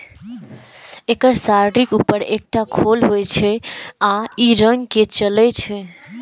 एकर शरीरक ऊपर एकटा खोल होइ छै आ ई रेंग के चलै छै